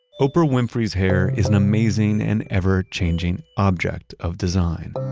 oprah winfrey's hair is an amazing and ever-changing object of design.